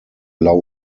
blau